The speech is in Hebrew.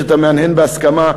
שאתה מהנהן בהסכמה,